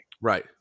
Right